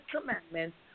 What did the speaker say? commandments